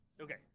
Okay